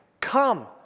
come